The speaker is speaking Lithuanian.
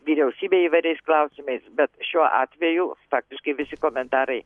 vyriausybę įvairiais klausimais bet šiuo atveju faktiškai visi komentarai